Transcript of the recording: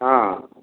ହଁ